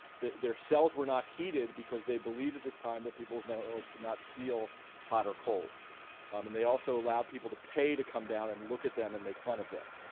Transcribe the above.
their cells were not heated because they believed at this time that people with mental illness could not feel hot or cold um and they also allowed people to pay to come down and look at them and make fun of them.